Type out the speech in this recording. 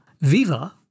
Viva